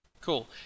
Cool